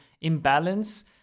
imbalance